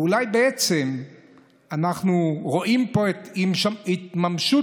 ואולי בעצם אנחנו רואים פה את התממשות